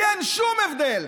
כי אין שום הבדל.